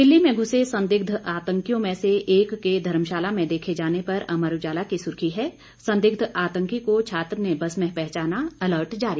दिल्ली में घुसे संदिग्ध आतंकियों में से एक के धर्मशाला में देखे जाने पर अमर उजाला की सुर्खी है संदिग्ध आतंकी को छात्र ने बस में पहचाना अलर्ट जारी